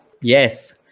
Yes